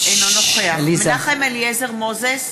אינו נוכח מנחם אליעזר מוזס,